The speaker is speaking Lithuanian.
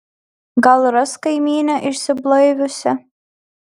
gal ras kaimynę išsiblaiviusią